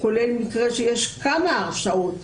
כולל מקרה שיש כמה הרשעות,